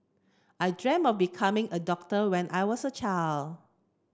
I dream of becoming a doctor when I was a child